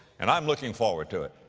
and i'm looking forward to it.